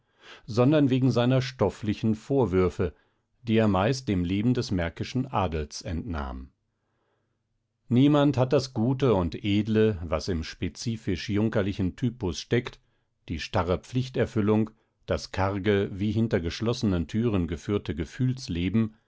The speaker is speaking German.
sondern wegen seiner stofflichen vorwürfe die er meist dem leben des märkischen adels entnahm niemand hat das gute und edle was im spezifisch junkerlichen typus steckt die starre pflichterfüllung das karge wie hinter geschlossenen türen geführte